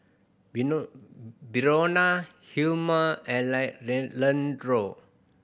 Brionna Hilmer and Leandro